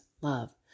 love